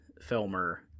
filmer